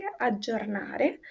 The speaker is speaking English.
aggiornare